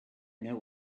know